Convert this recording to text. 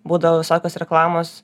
būdavo visokios reklamos